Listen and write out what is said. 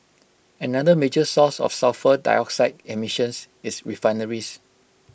another major source of sulphur dioxide emissions is refineries